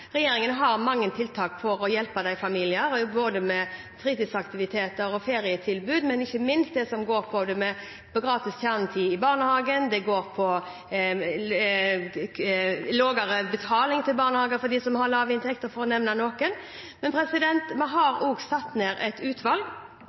Regjeringen har mange tiltak for å hjelpe disse familiene, både fritidsaktiviteter og ferietilbud, og ikke minst gratis kjernetid i barnehagen og lavere betaling for dem som har lav inntekt, for å nevne noe. Vi har